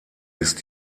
ist